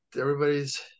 everybody's